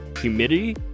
humidity